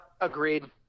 agreed